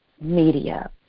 media